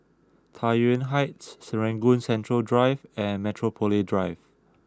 Tai Yuan Heights Serangoon Central Drive and Metropole Drive